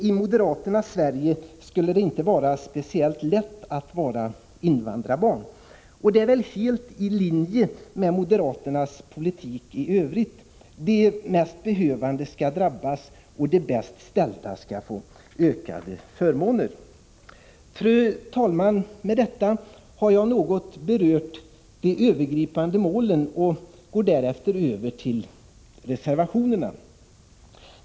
I moderaternas Sverige skall det tydligen inte vara speciellt lätt att vara invandrarbarn, och det är väl helt i linje med moderaternas politik i övrigt: De mest behövande skall drabbas och de bäst ställda skall få ökade förmåner. Fru talman! Med detta har jag något berört de övergripande målen, och jag går så över till reservationerna.